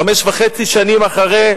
חמש שנים וחצי אחרי,